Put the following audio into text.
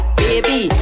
baby